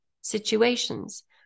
situations